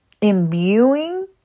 imbuing